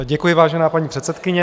Děkuji, vážená paní předsedkyně.